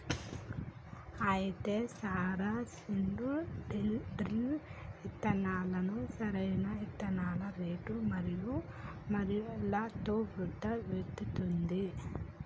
అయితే sir seed drill ఇత్తనాలను సరైన ఇత్తనాల రేటు మరియు లోతు వద్ద విత్తుతుంది